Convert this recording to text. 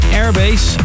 airbase